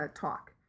talk